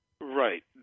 right